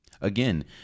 Again